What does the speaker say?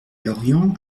lorient